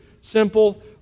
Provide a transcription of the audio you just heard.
simple